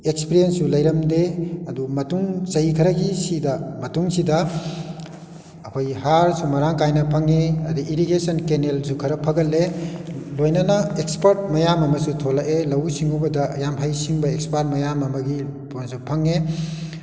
ꯏꯦꯛꯁꯄꯔꯤꯌꯦꯟꯁꯁꯨ ꯂꯩꯔꯝꯗꯦ ꯑꯗꯨ ꯃꯇꯨꯡ ꯆꯍꯤ ꯈꯔꯒꯤꯁꯤꯗ ꯃꯇꯨꯡꯁꯤꯗ ꯑꯈꯣꯏꯒꯤ ꯍꯥꯔꯁꯨ ꯃꯔꯥꯡ ꯀꯥꯏꯅ ꯐꯪꯏ ꯑꯗꯩ ꯏꯔꯤꯒꯦꯁꯟ ꯀꯦꯅꯦꯜꯁꯨ ꯈꯔ ꯐꯒꯠꯂꯦ ꯂꯣꯏꯅꯅ ꯑꯦꯛꯁꯄꯔꯠ ꯃꯌꯥꯝ ꯑꯃꯁꯨ ꯊꯣꯛꯂꯛꯑꯦ ꯂꯧꯎ ꯁꯤꯡꯎꯕꯗ ꯌꯥꯝ ꯍꯩ ꯁꯤꯡꯕ ꯑꯦꯛꯁꯄꯔꯠ ꯃꯌꯥꯝ ꯑꯃꯒꯤ ꯄꯣꯠꯁꯨ ꯐꯥꯉꯦ